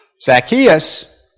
Zacchaeus